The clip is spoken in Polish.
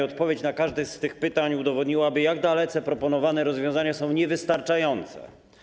Odpowiedź na każde z tych pytań udowodniłaby, jak dalece proponowane rozwiązania są niewystarczające.